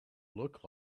look